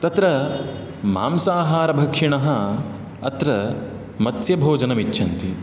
तत्र मांसाहारभक्षिणः अत्र मत्स्यभोजनमिच्छन्ति